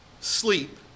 sleep